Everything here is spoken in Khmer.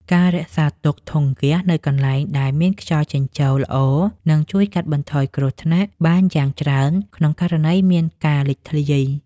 ការរក្សាទុកធុងហ្គាសនៅកន្លែងដែលមានខ្យល់ចេញចូលល្អនឹងជួយកាត់បន្ថយគ្រោះថ្នាក់បានយ៉ាងច្រើនក្នុងករណីមានការលេចធ្លាយ។